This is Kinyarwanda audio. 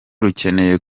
rukeneye